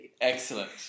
Excellent